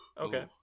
Okay